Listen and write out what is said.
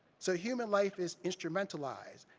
so human life is instrumentalized,